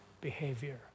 behavior